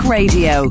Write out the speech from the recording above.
Radio